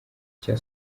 cya